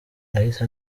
yahise